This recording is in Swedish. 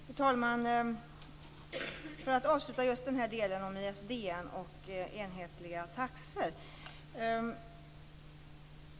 Fru talman! Låt mig avsluta delen om ISDN och enhetliga taxor.